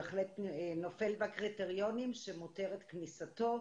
הוא בהחלט נופל בקריטריונים שמותרת כניסתו,